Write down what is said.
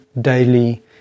daily